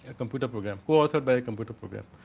ah computer program, co authored by computer program.